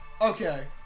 Okay